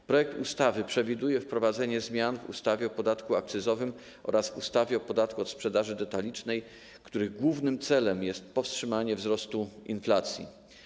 W projektowanej ustawie wprowadza się zmiany w ustawie o podatku akcyzowym oraz ustawie o podatku od sprzedaży detalicznej, których głównym celem jest powstrzymanie wzrostu inflacji.